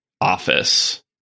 office